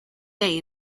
day